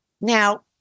Now